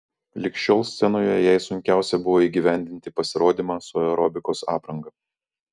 lig šiol scenoje jai sunkiausia buvo įgyvendinti pasirodymą su aerobikos apranga